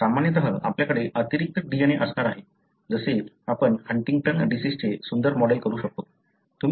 तर सामान्यत आपल्याकडे अतिरिक्त DNA असणार आहे जसे आपण हंटिंग्टन डिसिजचे सुंदर मॉडेल करू शकतो